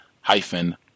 hyphen